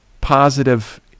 positive